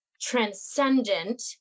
transcendent